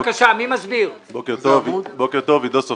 רביזיה שלך?